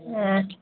ஆ